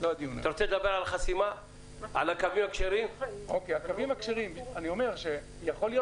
אני בספק -- אני הייתי עדין.